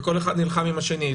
וכל אחד נלחם עם השני.